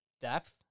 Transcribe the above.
depth